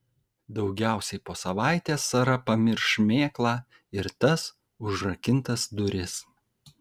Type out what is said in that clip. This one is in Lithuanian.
daugiausiai po savaitės sara pamirš šmėklą ir tas užrakintas duris